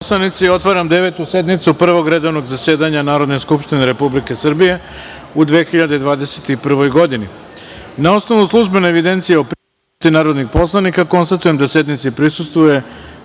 poslanici, otvaram Devetu sednicu Prvog redovnog zasedanja Narodne skupštine Republike Srbije u 2021. godini. Na osnovu službene evidencije o prisutnosti narodnih poslanika, konstatujem da sednici prisustvuje